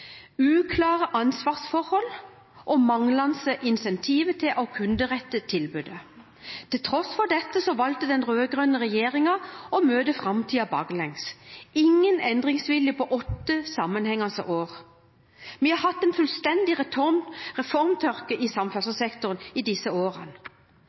uklare ansvarsforhold og manglende incentiver til å kunderette tilbudet. Til tross for dette valgte den rød-grønne regjeringen å møte framtiden baklengs – ingen endringsvilje på åtte sammenhengende år. Vi har hatt en fullstendig reformtørke i samferdselssektoren i disse årene.